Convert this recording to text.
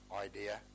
idea